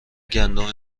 گندم